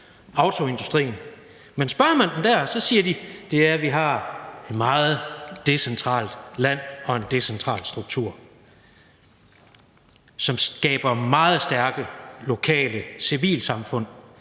autoindustrien. Men spørger man dem dér, siger de, at det er, at de har et meget decentralt land og en meget decentral struktur, som skaber meget stærke lokale civilsamfund.